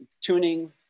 tuning